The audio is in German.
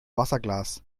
wasserglas